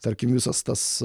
tarkim visas tas